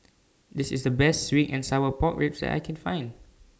This IS The Best Sweet and Sour Pork Ribs that I Can Find